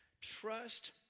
Trust